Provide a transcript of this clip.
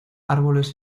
árboles